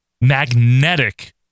magnetic